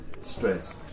stress